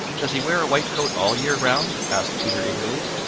does he wear a white coat all year round? asked peter eagerly.